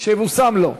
שיבושם לו.